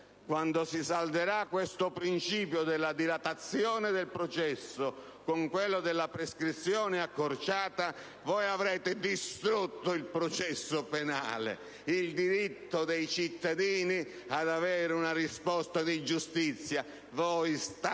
Quando si salderà questo principio della dilatazione del processo con quello della prescrizione accorciata voi avrete distrutto il processo penale, il diritto dei cittadini ad avere una risposta di giustizia. Voi state